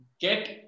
get